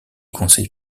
conseils